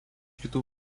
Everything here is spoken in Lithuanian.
kitų